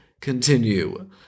continue